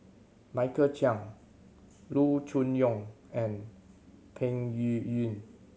Michael Chiang Loo Choon Yong and Peng Yuyun